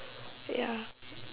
ya